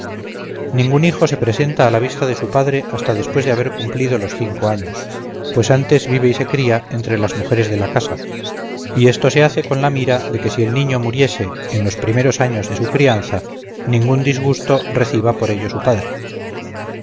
ningún hijo se presenta a la vista de su padre hasta después de haber cumplido los cinco años pues antes vive y se cría entre las mujeres de la casa y esto se hace con la mira de que si el niño muriese en los primeros años de su crianza ningún disgusto reciba por ello su padre